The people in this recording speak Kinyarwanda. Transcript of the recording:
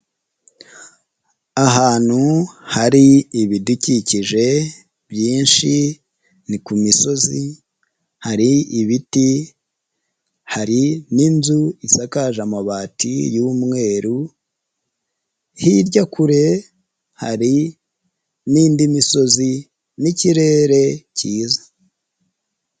Ahantu hari ibidukikije byinshi ni ku misozi, hari ibiti, hari n'inzu isakaje amabati y'umweru, hirya kure hari n'indi misozi n'ikirere cyiza.